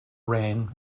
reign